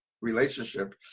relationship